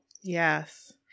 Yes